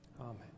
Amen